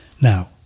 Now